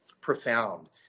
profound